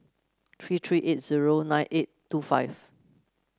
three three eight zero nine eight two five